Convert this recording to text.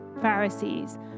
Pharisees